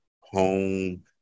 home